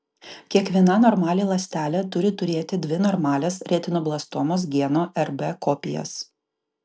kiekviena normali ląstelė turi turėti dvi normalias retinoblastomos geno rb kopijas